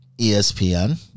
ESPN